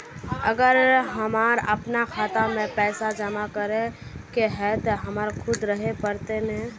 अगर हमर अपना खाता में पैसा जमा करे के है ते हमरा खुद रहे पड़ते ने?